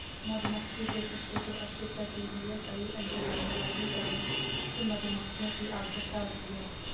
मधुमक्खी के छत्ते के अस्तित्व के लिए कई अण्डे देने वाली श्रमिक मधुमक्खियों की आवश्यकता होती है